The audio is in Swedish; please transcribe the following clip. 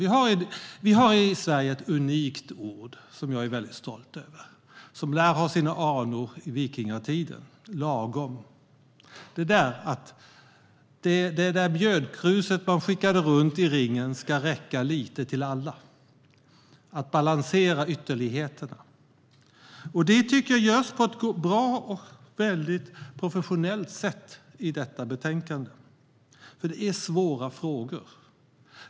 Vi har i Sverige ett unikt ord som jag är väldigt stolt över och som lär ha sina anor från vikingatiden. Det är ordet "lagom". Det där mjödkruset man skickade runt i ringen skulle räcka lite till alla. Det handlar om att balansera ytterligheterna, och det tycker jag görs på ett bra och professionellt sätt i detta betänkande. Detta är svåra frågor.